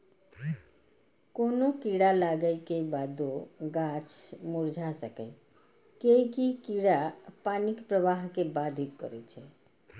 कोनो कीड़ा लागै के बादो गाछ मुरझा सकैए, कियैकि कीड़ा पानिक प्रवाह कें बाधित करै छै